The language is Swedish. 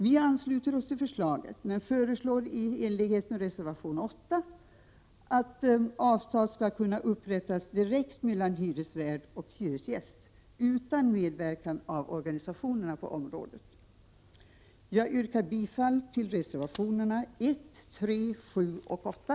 Vi ansluter oss till förslaget men föreslår i enlighet med reservation 8 att avtal skall kunna upprättas direkt mellan hyresvärd och hyresgäst utan medverkan av organisationerna på området. Jag yrkar bifall till reservationerna 1, 3, 7, och 8.